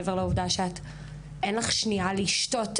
מעבר לעובדה שאין לך שנייה לשתות,